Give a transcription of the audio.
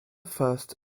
first